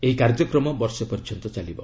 ଏହି କାର୍ଯ୍ୟକ୍ରମ ବର୍ଷେ ପର୍ଯ୍ୟନ୍ତ ଚାଲିବ